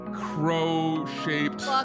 crow-shaped